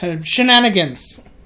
shenanigans